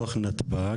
בתוך נתב"ג,